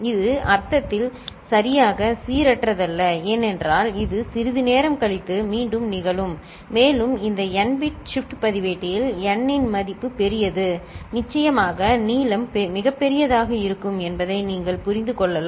இது அர்த்தத்தில் சரியாக சீரற்றதல்ல ஏனென்றால் இது சிறிது நேரம் கழித்து மீண்டும் நிகழும் மேலும் இந்த n பிட் ஷிப்ட் பதிவேட்டில் n இன் மதிப்பு பெரியது நிச்சயமாக நீளம் மிகப் பெரியதாக இருக்கும் என்பதை நீங்கள் புரிந்து கொள்ளலாம்